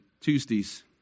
Tuesdays